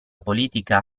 politica